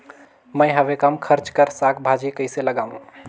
मैं हवे कम खर्च कर साग भाजी कइसे लगाव?